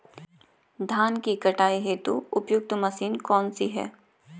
धान की कटाई हेतु उपयुक्त मशीन कौनसी है?